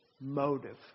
motive